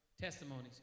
Testimonies